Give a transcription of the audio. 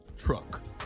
truck